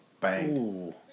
bang